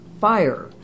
fire